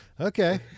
Okay